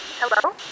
Hello